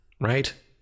right